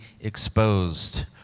exposed